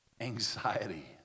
anxiety